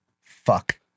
fuck